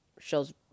Shows